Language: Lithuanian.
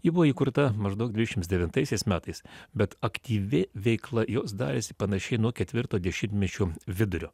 ji buvo įkurta maždaug dvidešimts devintaisiais metais bet aktyvi veikla jos darėsi panašiai nuo ketvirto dešimtmečio vidurio